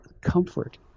comfort